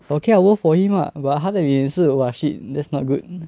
okay ah work for him lah but 他的脸是 !wah! shit that's not good